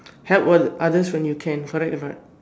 help all others when you can correct or not